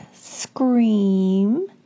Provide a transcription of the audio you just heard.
Scream